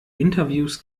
interviews